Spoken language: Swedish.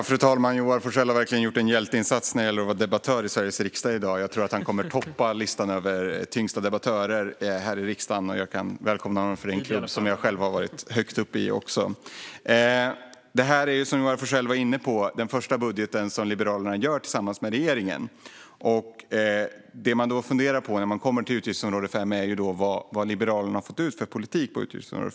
Fru talman! Joar Forssell har verkligen gjort en hjälteinsats när det gäller att vara debattör i Sveriges riksdag i dag. Jag tror att han kommer att toppa listan över de tyngsta debattörerna här i riksdagen. Jag kan välkomna honom till den klubben, för där har jag själv också varit högt uppe. Detta är, som Joar Forssell var inne på, den första budget som Liberalerna gör tillsammans med regeringen. Det man då funderar på när man kommer till utgiftsområde 5 är vad Liberalerna har fått ut för politik på området.